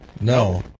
No